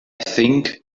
think